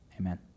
Amen